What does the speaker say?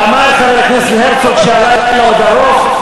אמר חבר הכנסת הרצוג שהלילה עוד ארוך,